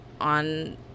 on